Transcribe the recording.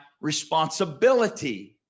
responsibility